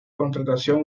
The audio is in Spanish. contratación